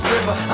River